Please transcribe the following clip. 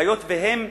היות שהן,